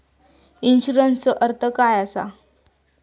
इन्शुरन्सचो अर्थ काय असा?